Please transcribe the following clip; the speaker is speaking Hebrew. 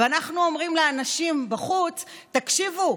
ואנחנו אומרים לאנשים בחוץ: תקשיבו,